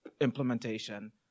implementation